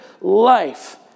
life